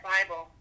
Bible